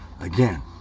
again